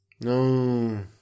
No